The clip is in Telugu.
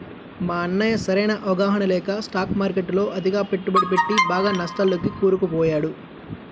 మా అన్నయ్య సరైన అవగాహన లేక స్టాక్ మార్కెట్టులో అతిగా పెట్టుబడి పెట్టి బాగా నష్టాల్లోకి కూరుకుపోయాడు